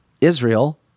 Israel